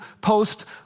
post